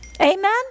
Amen